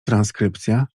transkrypcja